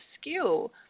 skew